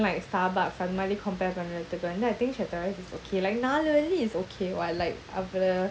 brand like you know like Starbucks compare பண்றதுக்குவந்து:panrathuku vandhu I think chateraise is okay like is okay [what] like அப்புறம்:apuram